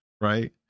right